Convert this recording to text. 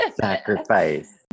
sacrifice